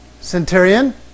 centurion